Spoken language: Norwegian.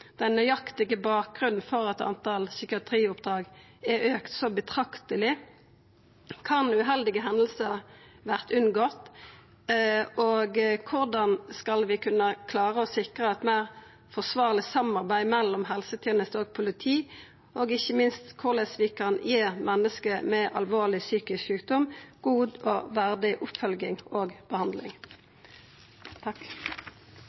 den nøyaktige bakgrunnen for at talet på psykiatrioppdrag er auka så betrakteleg? Kunne uheldige hendingar vore unngått? Korleis skal vi kunne klara å sikra eit meir forsvarleg samarbeid mellom helseteneste og politi? Og ikkje minst: Korleis kan vi gi menneske med alvorleg psykisk sjukdom god og verdig oppfølging og behandling?